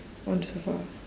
on the sofa